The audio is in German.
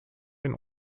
den